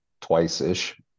twice-ish